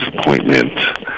appointment